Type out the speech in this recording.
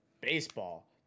baseball